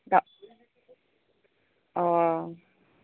दा अ